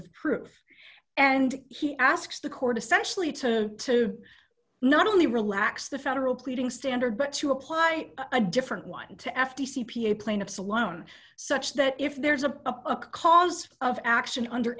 of proof and he asks the court essentially to not only relax the federal pleading standard but to apply a different one to f t c p a plaintiffs alone such that if there's a a cause of action under